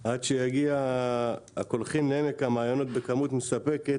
עד שיגיע הקולחין לעמק המעיינות בכמות מספקת,